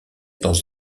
dans